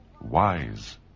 wise